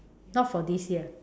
not for this year